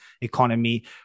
economy